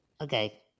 okay